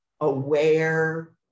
aware